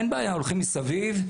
אין בעיה, הולכים מסביב.